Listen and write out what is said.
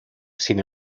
sin